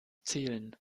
zielen